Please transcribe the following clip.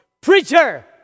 Preacher